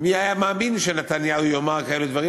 מי היה מאמין שנתניהו יאמר כאלה דברים,